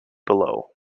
below